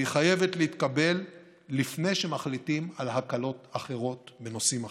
והיא חייבת להתקבל לפני שמחליטים על הקלות אחרות בנושאים אחרים.